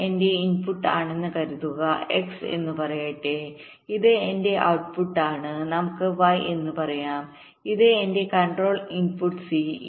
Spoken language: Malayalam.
ഇത് എന്റെ ഇൻപുട്ട് ആണെന്ന് കരുതുക X എന്ന് പറയട്ടെ ഇത് എന്റെ ഔട്ട്പുട്ട്പുട്ട് ആണ് നമുക്ക് Y എന്ന് പറയാം ഇത് എന്റെ കൺട്രോൾ ഇൻപുട്ട് C